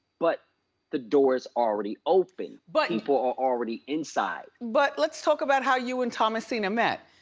but the door's already open, but people are already inside. but let's talk about how you and tomasina met?